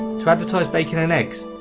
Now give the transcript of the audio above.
to advertise bacon and eggs,